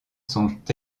sont